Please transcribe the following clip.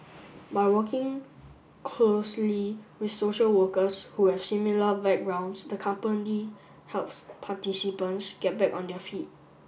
by working closely with social workers who have similar backgrounds the company helps participants get back on their feet